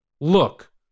Look